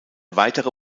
weitere